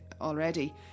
already